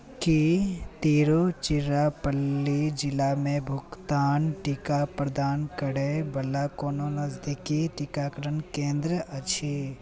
की तिरुच्चिरापल्ली जिलामे भुगतान टीका प्रदान करयवला कोनो नजदीकी टीकाकरण केन्द्र अछि